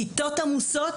כיתות עמוסות,